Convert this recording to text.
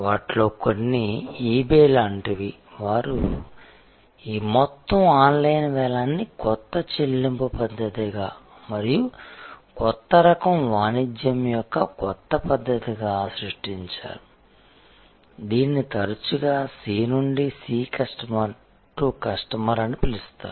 వాటిలో కొన్ని ఈబే లాంటివి వారు ఈ మొత్తం ఆన్లైన్ వేలాన్ని కొత్త చెల్లింపు పద్ధతిగా మరియు కొత్త రకం వాణిజ్యం యొక్క కొత్త పద్ధతిగా సృష్టించారు దీనిని తరచుగా C నుండి C కస్టమర్ టు కస్టమర్ అని పిలుస్తారు